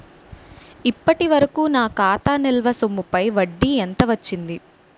ఇప్పటి వరకూ నా ఖాతా నిల్వ సొమ్ముపై వడ్డీ ఎంత వచ్చింది?